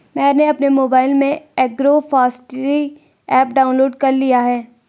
मैंने अपने मोबाइल में एग्रोफॉसट्री ऐप डाउनलोड कर लिया है